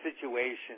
situation